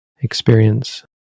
experience